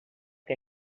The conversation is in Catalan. que